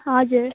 हजुर